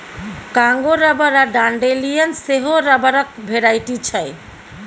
Congo rubber आ dandelion सेहो रबरक भेराइटी छै